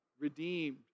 redeemed